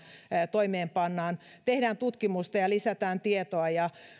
toimeenpannaan tehdään tutkimusta ja lisätään tietoa